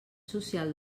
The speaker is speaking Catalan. social